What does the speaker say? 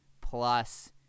plus